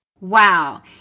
Wow